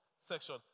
section